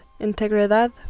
Integridad